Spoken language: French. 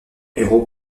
héros